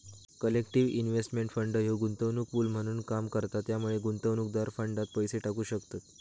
collective investment fund ह्यो गुंतवणूक pool म्हणून काम करता त्यामुळे गुंतवणूकदार फंडात पैसे टाकू शकतत